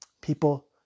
People